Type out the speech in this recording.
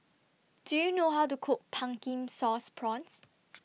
Do YOU know How to Cook Pumpkin Sauce Prawns